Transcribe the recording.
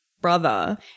brother –